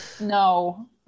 No